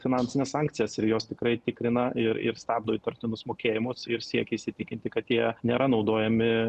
finansines sankcijas ir jos tikrai tikrina ir ir stabdo įtartinus mokėjimus ir siekia įsitikinti kad jie nėra naudojami